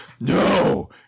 no